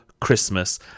Christmas